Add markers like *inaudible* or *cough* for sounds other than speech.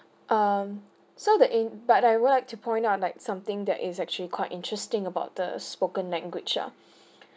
um so the aim but I would like to point out like something that is actually quite interesting about the spoken language ah *breath*